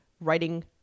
writing